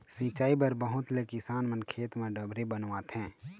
सिंचई बर बहुत ले किसान मन खेत म डबरी बनवाथे